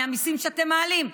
מהמיסים שאתם מעלים.